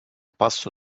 passo